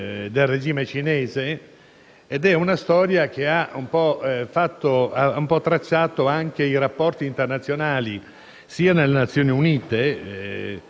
Grazie